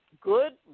good